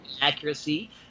accuracy